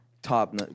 Top